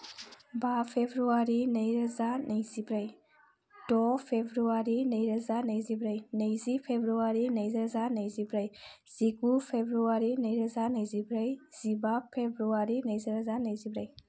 बा फेब्रुवारि नैरोजा नैजिब्रै द' फेब्रुवारि नैरोजा नैजिब्रै नैजि फेब्रुवारि नैरोजा नैजिब्रै जिगु फेब्रुवारि नैरोजा नैजिब्रै जिबा फेब्रुवारि नैरोजा नैजिब्रै